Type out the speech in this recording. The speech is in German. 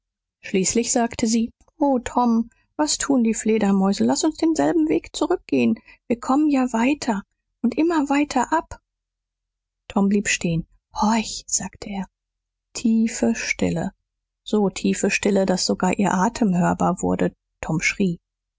schließlich sagte sie o tom was tun die fledermäuse laß uns denselben weg zurückgehen wir kommen ja weiter und immer weiter ab tom blieb stehen horch sagte er tiefe stille so tiefe stille daß sogar ihr atem hörbar wurde tom schrie